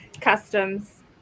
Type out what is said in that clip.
Customs